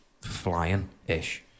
flying-ish